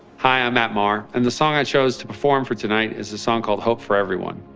hi, i'm matt maher. and the song i chose to perform for tonight is a song called hope for everyone.